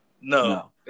No